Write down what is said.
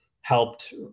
helped